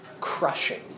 crushing